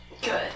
Good